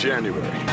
January